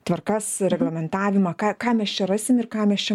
tvarkas reglamentavimą ką ką mes čia rasim ir ką mes čia